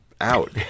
Out